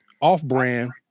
off-brand